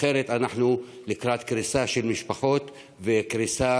אחרת אנחנו לקראת קריסה של משפחות וקריסה